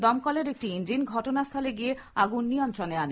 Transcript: দমকলের একটি ইঞ্জিন ঘটনাস্থলে গিয়ে আগুন নিয়ন্ত্রণে আনে